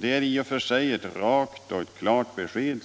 Det är i och för sig ett rakt och klart besked,